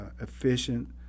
efficient